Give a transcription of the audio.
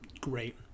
great